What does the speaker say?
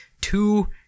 two